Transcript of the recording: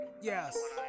Yes